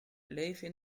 leven